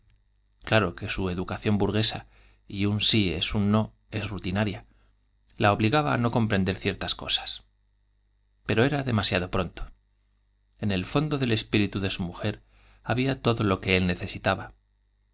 claro que su educación burguesa y un si es no es rutinaria la obligaba á no comprender ciertas cosas pero era demasiado pro nto en el fondo del espíritu de su mujer había todo lo que él necesitaba